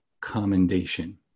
commendation